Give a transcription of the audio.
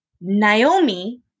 Naomi